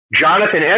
Jonathan